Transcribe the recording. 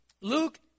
Luke